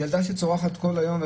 ילדה שצורחת כל היום.